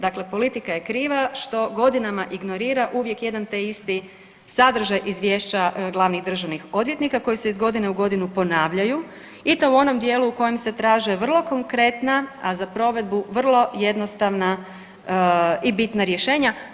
Dakle, politika je kriva što godinama ignorira uvijek jedan te isti sadržaj izvješća glavnih državnih odvjetnika koji se iz godine u godinu ponavljaju i to u onom dijelu u kojem se traže vrlo konkretna, a za provedbu vrlo jednostavna i bitna rješenja.